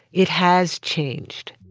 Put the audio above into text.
it has changed.